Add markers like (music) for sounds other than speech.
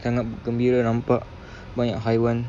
sangat gembira nampak (breath) banyak haiwan